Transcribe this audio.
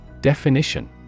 Definition